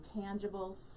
tangible